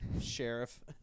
Sheriff